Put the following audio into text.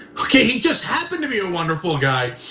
okay, he just happened to be a wonderful guy,